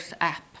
app